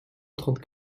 trente